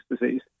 disease